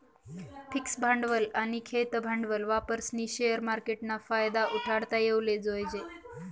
fix भांडवल आनी खेयतं भांडवल वापरीस्नी शेअर मार्केटना फायदा उठाडता येवाले जोयजे